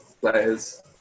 players